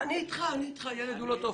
אני אתך, הילד הוא לא טופס...